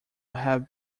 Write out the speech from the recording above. have